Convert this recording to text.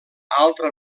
altra